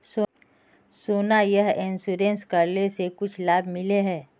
सोना यह इंश्योरेंस करेला से कुछ लाभ मिले है?